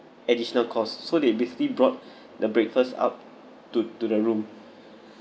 additional costs so they basically brought the breakfast up to to the room